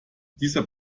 dieser